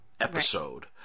episode